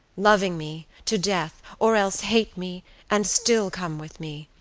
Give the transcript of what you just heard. loving me, to death or else hate me and still come with me,